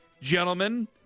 Gentlemen